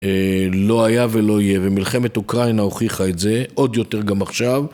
לא היה ולא יהיה, ומלחמת אוקראינה הוכיחה את זה, עוד יותר גם עכשיו.